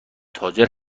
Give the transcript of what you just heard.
تاجر